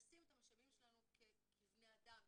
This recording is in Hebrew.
לשים את המשאבים שלנו כבני אדם,